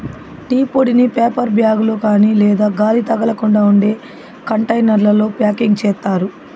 tea పొడిని paper bag లో కాని లేదా గాలి తగలకుండా ఉండే కంటైనర్లలో ప్యాకింగ్ చేత్తారు